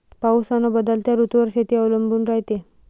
पाऊस अन बदलत्या ऋतूवर शेती अवलंबून रायते